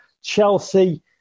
Chelsea